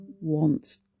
wants